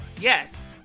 Yes